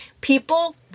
People